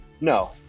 no